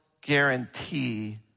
guarantee